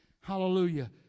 Hallelujah